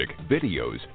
videos